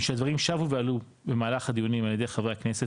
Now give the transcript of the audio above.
שהדברים שבו ועלו במהלך הדיונים על ידי חברי הכנסת,